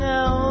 Now